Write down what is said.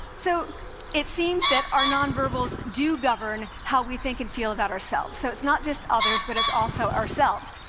so it seems that our nonverbals do govern how we think and feel about ourselves, so it's not just others, but it's also ourselves.